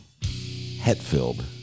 Hetfield